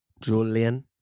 Julian